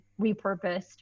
repurposed